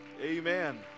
Amen